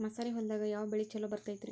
ಮಸಾರಿ ಹೊಲದಾಗ ಯಾವ ಬೆಳಿ ಛಲೋ ಬರತೈತ್ರೇ?